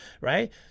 Right